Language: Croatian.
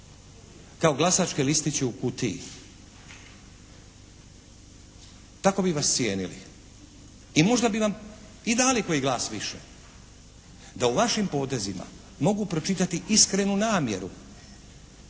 kao glasačke listiće u kutiji. Tako bi vas cijenili i možda bi vam i dali koji glas više da u vašim potezima mogu pročitati iskrenu namjeru